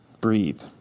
Breathe